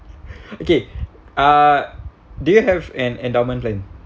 okay uh do you have an endowment plan